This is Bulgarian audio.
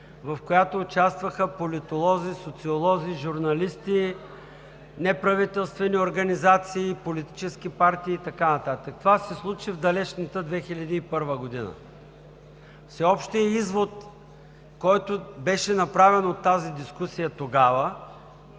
в която участваха политолози, социолози, журналисти, неправителствени организации, политически партии и така нататък. Това се случи в далечната 2001 г. Всеобщият извод, който беше направен от тази дискусия тогава,